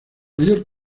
mayor